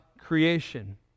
creation